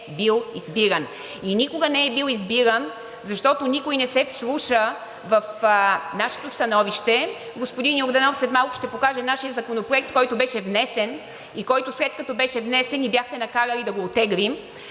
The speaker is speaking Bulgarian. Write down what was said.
бил избиран и никога не е бил избиран, защото никой не се вслуша в нашето становище. Господин Йорданов след малко ще покаже нашия законопроект, който беше внесен и който след като беше внесен, ни бяхте накарали да го оттеглим.